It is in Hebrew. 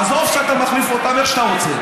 עזוב שאתה מחליף אותם איך שאתה רוצה.